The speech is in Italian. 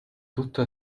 tutto